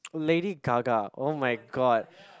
Lady Gaga [oh]-my-god